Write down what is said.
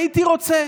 הייתי רוצה.